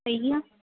ਸਹੀ ਆ